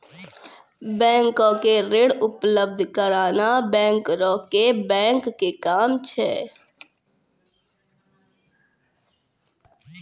बैंको के ऋण उपलब्ध कराना बैंकरो के बैंक के काम छै